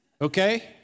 Okay